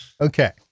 Okay